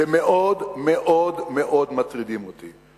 שמאוד מאוד מאוד מטרידות אותי.